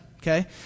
okay